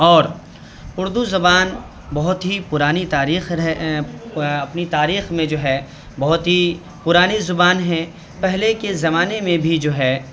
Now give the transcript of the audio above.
اور اردو زبان بہت ہی پرانی تاریخ اپنی تاریخ میں جو ہے بہت ہی پرانی زبان ہے پہلے کے زمانے میں بھی جو ہے